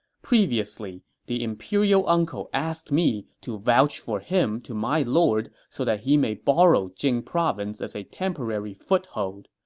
previously, the imperial uncle asked me to vouch for him to my lord so that he may borrow jing province as a temporary foothold.